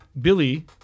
Billy